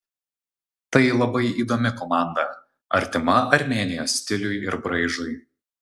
tai labai įdomi komanda artima armėnijos stiliui ir braižui